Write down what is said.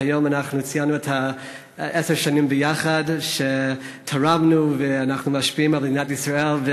אז היום ציינו ביחד עשר שנים שתרמנו ושאנחנו משפיעים על מדינת ישראל,